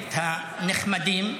הכנסת הנחמדים,